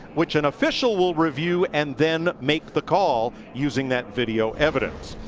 which an official will review and then make the call using that video evidence.